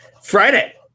Friday